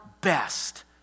best